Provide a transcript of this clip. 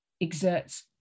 exerts